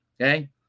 okay